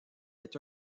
est